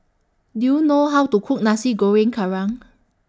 Do YOU know How to Cook Nasi Goreng Kerang